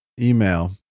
email